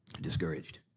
discouraged